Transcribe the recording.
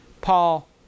Paul